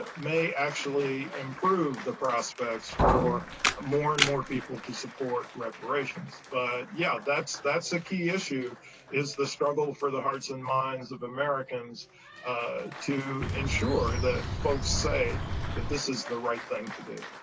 and may actually improve the prospects for more and more people to support reparations. but yeah. that's that's the key issue is the struggle for the hearts and minds of americans ah to ensure that folks say that this is the right thing to do